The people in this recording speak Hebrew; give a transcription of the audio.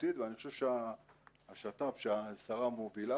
משמעותית ואני חושב שהשת"פ שהשרה מובילה